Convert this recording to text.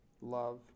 love